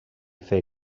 fer